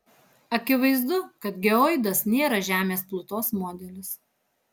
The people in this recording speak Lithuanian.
akivaizdu kad geoidas nėra žemės plutos modelis